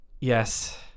yes